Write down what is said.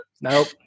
Nope